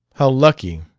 how lucky,